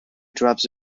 drives